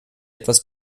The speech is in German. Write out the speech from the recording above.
etwas